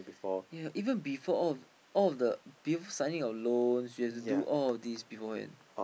yea even before all of all of the before signing your loans you have to do all of these beforehand